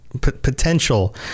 potential